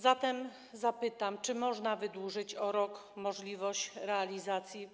Zatem zapytam: Czy można wydłużyć o rok możliwość realizacji